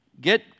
Get